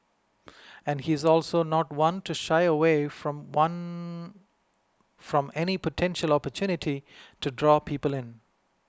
and he is also not one to shy away from one from any potential opportunity to draw people in